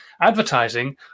advertising